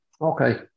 Okay